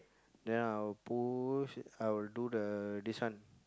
then I will push I will do the this one